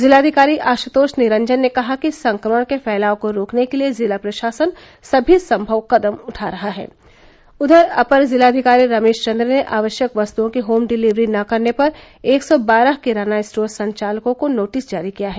जिलाधिकारी आशुतोष निरंजन ने कहा कि संक्रमण के फैलाव को रोकने के लिए जिला प्रशासन सभी संभव कदम उठा रहा है उधर अपर जिलाधिकारी रमेश चंद्र ने आवश्यक वस्तुओं की होम डिलीवरी न करने पर एक सौ बारह किराना स्टोर संचालकों को नोटिस जारी किया है